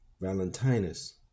Valentinus